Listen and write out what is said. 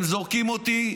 הם זורקים אותי,